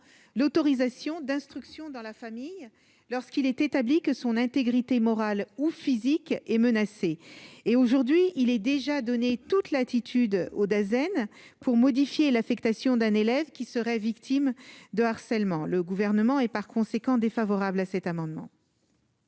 l'autorisation d'instruction dans la famille lorsqu'il est établi que son intégrité morale ou physique est menacée et, aujourd'hui, il est déjà donné toute latitude aux Dazed pour modifier l'affectation d'un élève qui serait victime de harcèlement, le gouvernement est par conséquent défavorable à cet amendement.